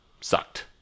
sucked